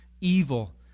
evil